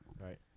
Right